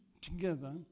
together